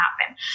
happen